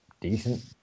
decent